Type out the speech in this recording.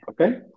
Okay